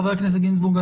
חבר הכנסת גינזבורג,